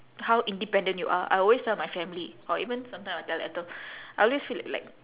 how independent you are I always tell my family or even sometime I will tell ethel I always feel like like